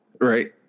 Right